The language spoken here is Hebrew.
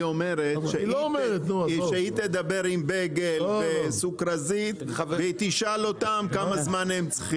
היא אומרת שהיא תדבר עם בייגל וסוכרזית ותשאל אותם כמה זמן הם צריכים.